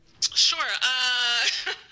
Sure